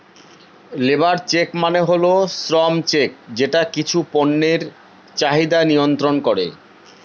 labour check মানে হল শ্রম চেক যেটা কিছু পণ্যের চাহিদা মিয়ন্ত্রন করে